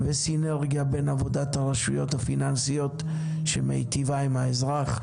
וסינרגיה בין עבודת הרשויות הפיננסיות שמיטיבה עם האזרח.